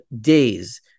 days